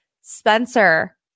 Spencer